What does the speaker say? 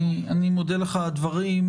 אני מודה לך על הדברים.